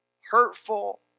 hurtful